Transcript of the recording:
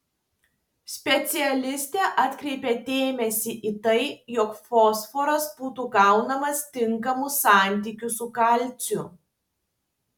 specialistė atkreipia dėmesį į tai jog fosforas būtų gaunamas tinkamu santykiu su kalciu